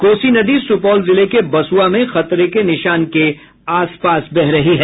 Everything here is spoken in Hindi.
कोसी नदी सुपौल जिले के बसुआ में खतरे के निशान के आसपास बह रही है